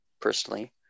personally